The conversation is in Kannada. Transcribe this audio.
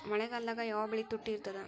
ಮಳೆಗಾಲದಾಗ ಯಾವ ಬೆಳಿ ತುಟ್ಟಿ ಇರ್ತದ?